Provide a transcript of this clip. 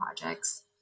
projects